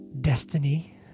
destiny